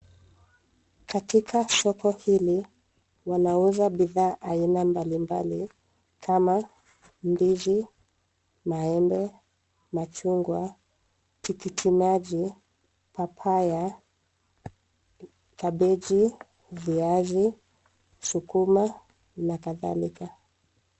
Katika soko hili wanauza bidhaa mbalimbali kama ndizi, maembe, machungwa, tikiti maji, papaya, kabeji, viazi, sukuma na kadhalika.